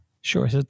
Sure